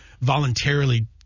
voluntarily